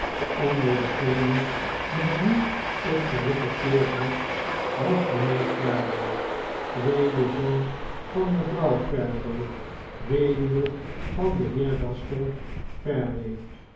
onder degenen met wie ik gerepeteerd had was mynheer fareway tweede zoon van meyrouw fareway weduwe van den heer gaston